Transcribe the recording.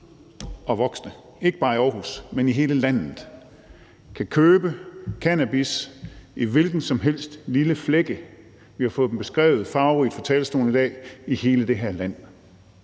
og voksne, ikke bare i Aarhus, men i hele landet, kan købe cannabis i en hvilken som helst lille flække – vi har fået dem beskrevet farverigt fra talerstolen i dag – i hele det her land.